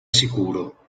sicuro